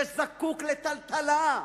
שזקוק לטלטלה,